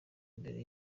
mbere